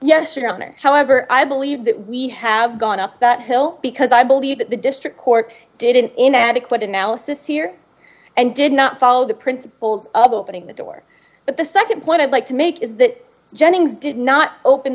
honor however i believe that we have gone up that hill because i believe that the district court did an inadequate analysis here and did not follow the principles of opening the door but the nd point i'd like to make is that jennings did not open